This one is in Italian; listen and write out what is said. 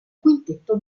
quintetto